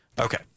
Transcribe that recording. Okay